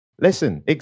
Listen